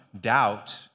Doubt